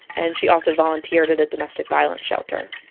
and she also volunteered at a domestic violence shelter.